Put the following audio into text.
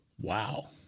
Wow